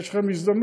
יש לכם הזדמנות,